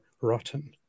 rotten